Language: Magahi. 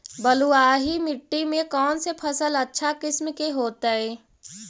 बलुआही मिट्टी में कौन से फसल अच्छा किस्म के होतै?